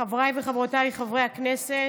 חבריי וחברותיי חברי הכנסת,